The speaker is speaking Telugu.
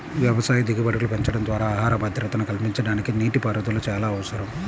వ్యవసాయ దిగుబడులు పెంచడం ద్వారా ఆహార భద్రతను కల్పించడానికి నీటిపారుదల చాలా అవసరం